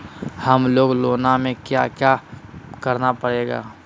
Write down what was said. हमें लोन लेना है क्या क्या करना पड़ेगा?